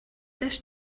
this